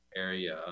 area